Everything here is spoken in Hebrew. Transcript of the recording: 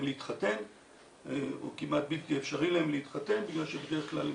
להתחתן או כמעט בלתי אפשרי להם להתחתן בגלל שבדרך כלל הם